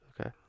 Okay